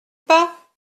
pas